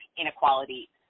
inequality